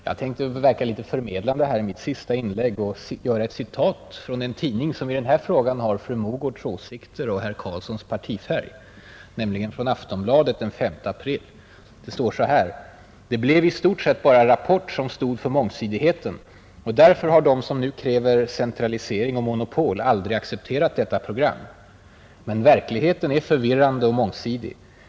Jag tänker verka litet förmedlande här i mitt sista inlägg med ett citat från en tidning, som i denna fråga har fru Mogårds åsikter och herr Carlssons partifärg, nämligen från Aftonbladet den 5 april: ”Det blev i stort sett bara Rapport som stod för mångsidigheten, och därför har de som nu kräver centralisering och monopol aldrig accepterat detta program, ——— Men verkligheten är förvirrande och mångsidig.